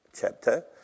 chapter